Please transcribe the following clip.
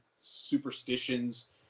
superstitions